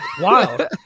Wild